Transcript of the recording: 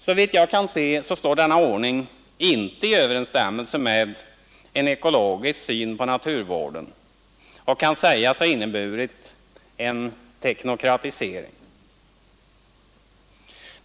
Såvitt jag kan se står denna ordning inte i överensstämmelse med en ekologisk syn på naturvården, och den kan sägas ha inneburit en teknokratisering.